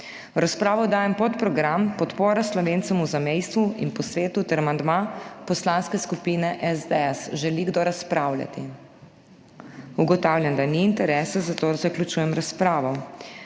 razpravo dajem podprogram Podpora Slovencem v zamejstvu in po svetu ter amandma Poslanske skupine SDS. Želi kdo razpravljati? Ugotavljam, da ni interesa, zato zaključujem razpravo.